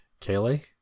kaylee